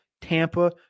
Tampa